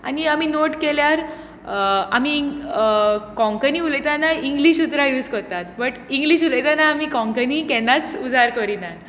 आनी आमी नोट केल्यार आमी कोंकणी उलयताना इंग्लीश उतरां यूज करतात बट इंग्लीश उलयताना आमी कोंकणी केन्नाच उजार करीनात